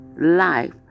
life